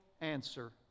answer